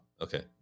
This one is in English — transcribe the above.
Okay